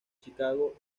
chicago